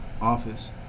office